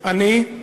אני,